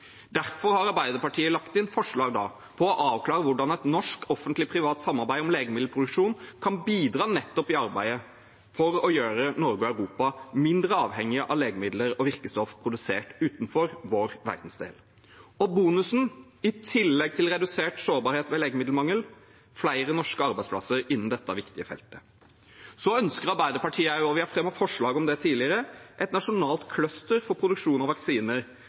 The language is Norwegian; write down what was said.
Derfor har Arbeiderpartiet lagt inn forslag om å avklare hvordan et norsk offentlig-privat samarbeid om legemiddelproduksjon kan bidra i arbeidet for å gjøre Norge og Europa mindre avhengige av legemidler og virkestoffer produsert utenfor vår verdensdel. Og bonusen, i tillegg til redusert sårbarhet ved legemiddelmangel, er flere norske arbeidsplasser innen dette viktige feltet. Arbeiderpartiet ønsker også, og vi har fremmet forslag om det tidligere, et nasjonalt cluster for produksjon av vaksiner